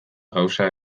gauza